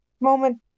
moment